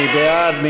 מי בעד?